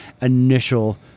initial